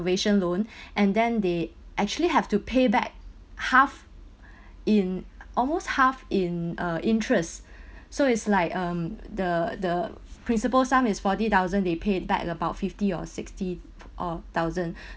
~vation loan and then they actually have to pay back half in almost half in uh interest so it's like um the the principal sum is forty thousand they paid back about fifty or sixty uh thousand